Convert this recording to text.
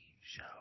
show